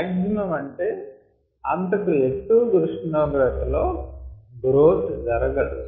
Tmax అంటే అంతకు ఎక్కువ ఉష్ణోగ్రత లో గ్రోత్ జరగదు